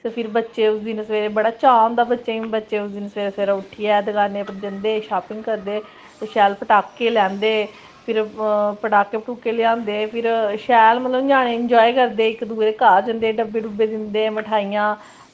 ते फिर बच्चे उस दिन बड़ा चाऽ होंदा बच्चें बच्चे उस दिन सबेरै सबेरै उट्ठियै दुकानै पर जंदे शॉपिंग करदे ते शैल पटाखे लैंदे फिर पटाखे लेआंदे फिर शैल ञ्यानें मतलब एंजॉय करदे इक्क दूऐ दे घर जंदे डब्बे दिंदे ते मठाइयां